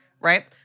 right